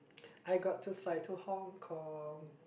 I got to fly to Hong-Kong